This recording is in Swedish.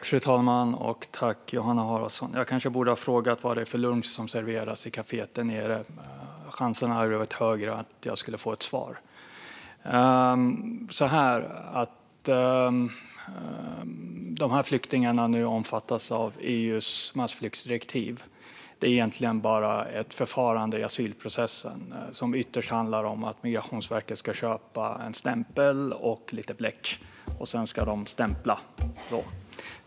Fru talman! Jag kanske borde ha frågat vilken lunch som serveras i kaféet. Chanserna hade varit högre att få ett svar. Att flyktingarna omfattas av EU:s massflyktsdirektiv är egentligen bara ett förfarande i asylprocessen, som ytterst handlar om att Migrationsverket ska köpa en stämpel och lite bläck för att sedan stämpla.